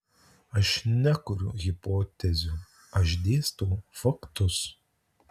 aš nekuriu hipotezių aš dėstau faktus